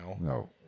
No